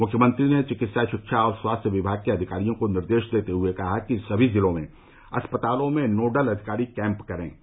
मुख्यमंत्री ने चिकित्सा रिक्षा और स्वास्थ्य विभाग के अधिकारियों को निर्देश देते हुए कहा कि समी जिलों में अस्पतालों में नोडल अधिकारी कैम्प करे